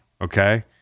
okay